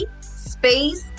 Space